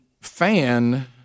fan –